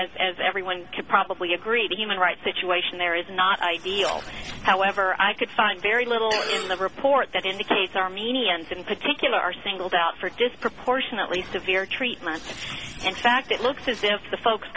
is as everyone can probably agree that human rights situation there is not ideal however i could find very little in the report that indicates armenians in particular are singled out for disproportionately severe treatment in fact it looks as if the folks